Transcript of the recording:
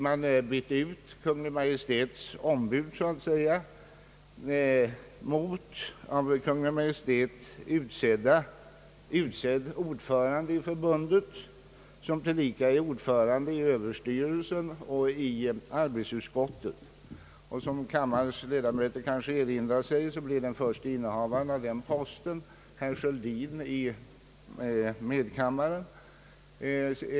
Kungl. Maj:ts ombud ersattes med av Kungl. Maj:t utsedd ordförande i förbundet som tillika är ordförande i överstyrelsen och arbetsutskottet. Som kammarens ledamöter kanske erinrar sig blev den första innehavaren av den posten herr Sköldin i medkammaren.